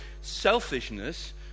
selfishness